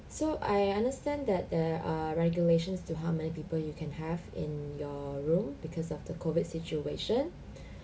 so I understand that there are regulations to how many people you can have in your room because of the COVID situation